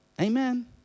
Amen